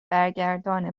برگردان